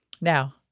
Now